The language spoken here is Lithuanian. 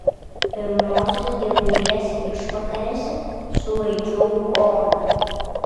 pirmosios gegužės išvakarėse sulaikiau oną